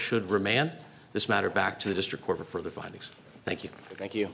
should remand this matter back to the district court for the findings thank you thank you